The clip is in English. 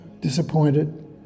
disappointed